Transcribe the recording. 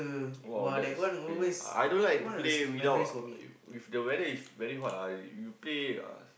!wow! that is pain I don't like to play without if the weather is very hot ah you play uh